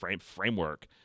framework